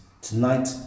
Tonight